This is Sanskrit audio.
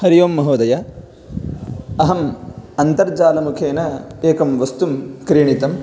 हरिः ओम् महोदय अहम् अन्तर्जालमुखेन एकं वस्तु क्रीणितम्